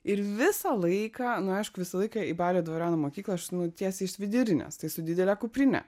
ir visą laiką nu aišku visą laiką į balio dvariono mokyklą aš nu tiesiai iš vidurinės tai su didele kuprine